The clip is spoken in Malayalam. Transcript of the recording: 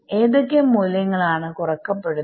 ഏതൊക്ക മൂല്യങ്ങൾ ആണ് കുറക്കപ്പെടുന്നത്